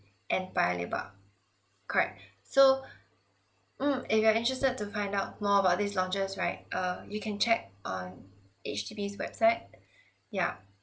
and paya lebar correct so mm if you are interested to find out more about these launches right uh you can check on H_D_B's website yeah